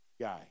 guy